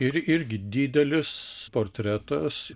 ir irgi didelis portretas